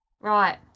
Right